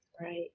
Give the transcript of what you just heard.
Right